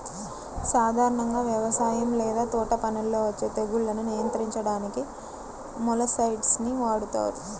సాధారణంగా వ్యవసాయం లేదా తోటపనుల్లో వచ్చే తెగుళ్లను నియంత్రించడానికి మొలస్సైడ్స్ ని వాడుతారు